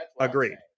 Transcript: Agreed